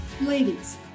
Ladies